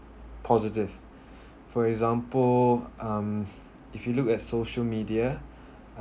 positive for example um if you look at social media